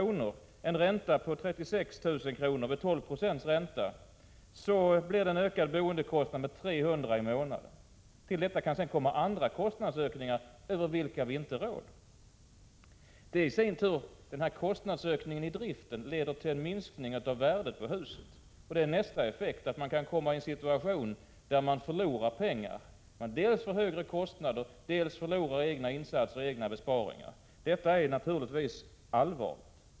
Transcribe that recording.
och en ränta på 36 000 kr. vid 12 20 ränta, ökar boendekostnaderna med 300 kr. i månaden. Till detta kan komma andra kostnadsökningar över vilka vi inte råder. Kostnadsökningen i drift leder i sin tur till en minskning av värdet på huset. Nästa effekt är att man kan komma i en situation där man förlorar pengar dels genom högre kostnader, dels genom bortfall av egna insatser och egna besparingar. Detta är naturligtvis allvarligt.